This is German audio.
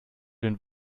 den